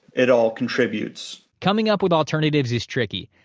it all contributes. coming up with alternatives is tricky.